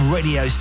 Radio